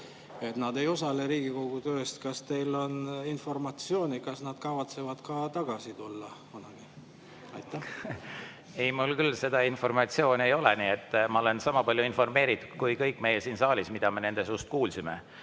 nad ei osale Riigikogu töös. Kas teil on informatsiooni, kas nad kavatsevad tagasi tulla? Ei, mul seda informatsiooni ei ole, nii et ma olen sama palju informeeritud kui kõik meie siin saalis. [Teame], mida me nende suust kuulsime.